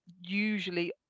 usually